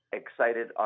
excited